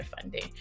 funding